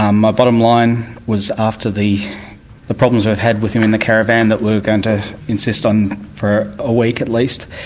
um my bottom line was after the the problems we've had with him in the caravan that we were going to insist on for a week at least,